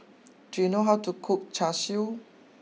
do you know how to cook Char Siu